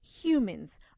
humans